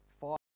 five